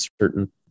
certain